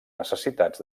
necessitats